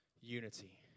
unity